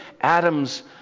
Adams